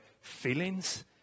feelings